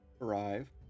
arrive